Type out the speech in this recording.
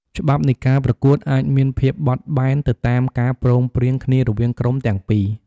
ច្បាប់នៃការប្រកួតអាចមានភាពបត់បែនទៅតាមការព្រមព្រៀងគ្នារវាងក្រុមទាំងពីរ។